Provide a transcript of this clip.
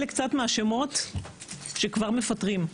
אלה קצת מהשמות שכבר מפטרים,